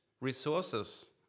resources